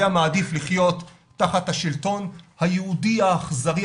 היה מעדיף לחיות תחת השלטון היהודי האכזרי,